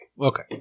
Okay